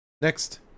Next